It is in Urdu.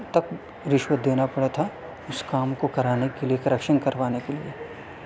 تک رشوت دینا پڑا تھا اس کام کو کرانے کے لیے کریکشن کروانے کے لیے